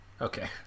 Okay